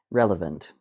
relevant